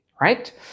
right